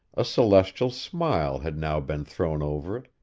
a celestial smile had now been thrown over it,